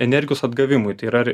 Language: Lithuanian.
energijos atgavimui tai yra